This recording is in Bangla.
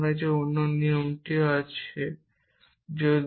আপনার কাছে অন্য নিয়মটিও থাকতে হবে